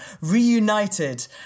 reunited